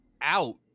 out